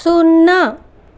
సున్నా